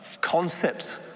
concept